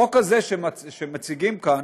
החוק הזה, שמציגים כאן,